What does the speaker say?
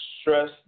stress